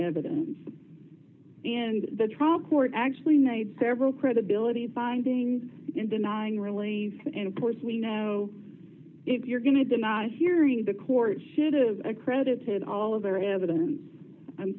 evidence in the trial court actually made several credibility findings in denying really and of course we know if you're going to deny hearing the court should of accredited all of their evidence